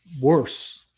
worse